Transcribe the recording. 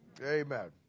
Amen